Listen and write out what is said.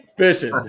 Fishing